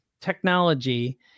technology